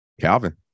Calvin